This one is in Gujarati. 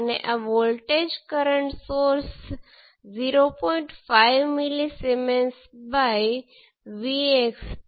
તેથી આમાં વોલ્ટેજ ડ્રોપ 1 કિલો Ω × I1 છે આ રેઝિસ્ટર દ્વારા કરંટ I1 છે